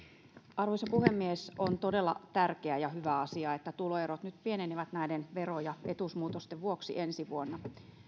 arvoisa puhemies on todella tärkeä ja hyvä asia että tuloerot nyt pienenevät näiden vero ja etuusmuutosten vuoksi ensi vuonna